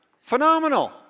Phenomenal